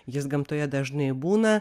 jis gamtoje dažnai būna